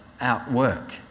outwork